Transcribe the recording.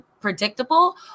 predictable